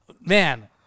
Man